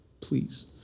Please